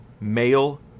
male